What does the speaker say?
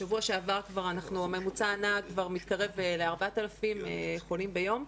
בשבוע שעבר הממוצע הנע כבר מתקרב ל-4,000 חולים ביום,